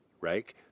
right